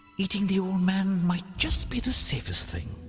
eating the old man might just be the safest thing,